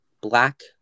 black